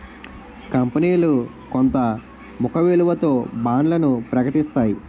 కంపనీలు కొంత ముఖ విలువతో బాండ్లను ప్రకటిస్తాయి